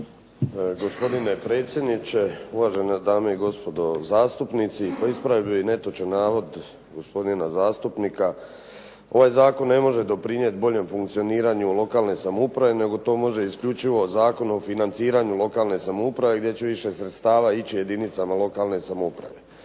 Gospodine predsjedniče, uvažena dame i gospodo zastupnici. Ispravio bih netočan navod gospodina zastupnika. Ovaj zakon ne može doprinijet boljem funkcioniranju lokalne samouprave, nego to može isključivo Zakon o financiranju lokalne samouprave gdje će više sredstava ići jedinicama lokalne samouprave.